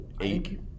eight